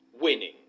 winning